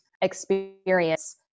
experience